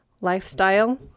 lifestyle